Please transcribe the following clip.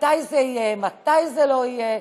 מתי זה יהיה, מתי זה לא יהיה.